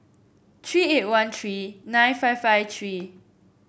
three eight one three nine five five three